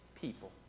people